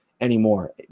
anymore